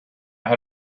had